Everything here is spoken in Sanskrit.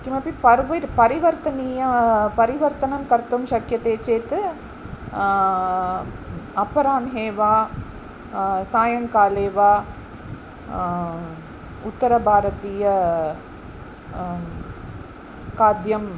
किमपि पर्विड् परिवर्तनीयं परिवर्तनं कर्तुं शक्यते चेत् अपरान्हे व सायङ्काले वा उत्तरभारतीयं खाद्यं